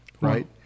Right